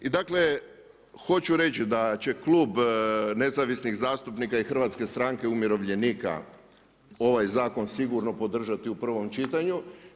I dakle, hoću reći da će Klub nezavisnih zastupnika i Hrvatske stranke umirovljenika ovaj zakon sigurno podržati u prvom čitanju.